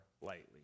lightly